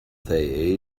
they